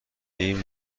این